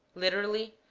literally,